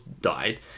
died